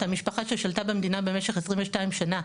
מאותה משפחה ששלטה במדינה במשך 22 שנה,